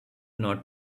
not